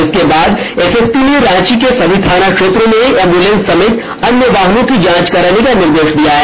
इसके बाद एसएसपी ने रांची के सभी थाना क्षेत्रों में एंबुलेंस सहित अन्य वाहनों की जांच करने का निर्देश दिया है